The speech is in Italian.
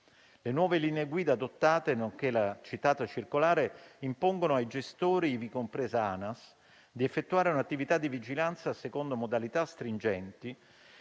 Le nuove linee guida adottate, nonché la citata circolare impongono ai gestori (ivi compresa Anas) di effettuare un'attività di vigilanza secondo modalità stringenti,